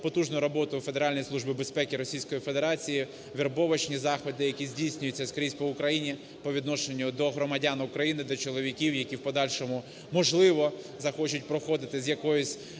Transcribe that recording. потужну роботу Федеральної служби безпеки Російської Федерації, вербовочні заходи, які здійснюються скрізь по Україні, по відношенню до громадян України, до чоловіків, які в подальшому, можливо, захочуть проходити з якоюсь